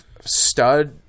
stud